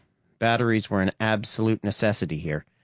batteries were an absolute necessity here,